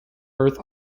earth